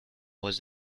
was